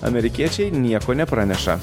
amerikiečiai nieko nepraneša